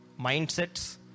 mindsets